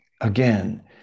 again